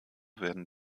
werden